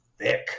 thick